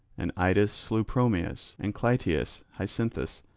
and idas slew promeus, and clytius hyacinthus,